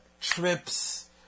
trips